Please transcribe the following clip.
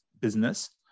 business